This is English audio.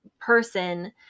person